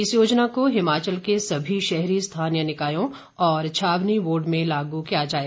इस योजना को हिमाचल के सभी शहरी स्थानीय निकायों और छावनी बोर्ड में लागू किया जाएगा